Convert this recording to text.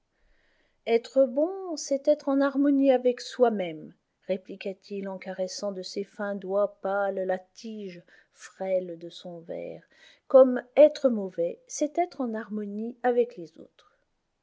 etre bon c'est être en harmonie avec soi-même répliqua-t-il en caressant de ses fins doigts pales la tige frêle de son verre comme être mauvais c'est être en harmonie avec les autres